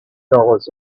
dollars